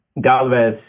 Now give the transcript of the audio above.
Galvez